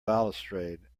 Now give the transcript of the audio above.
balustrade